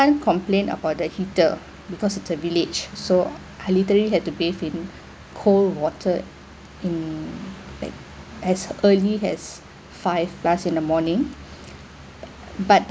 complain about the heater because it's a village so I literally had to bathe in cold water in like as early as five plus in the morning but